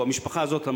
או המשפחה הזאת,